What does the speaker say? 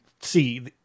see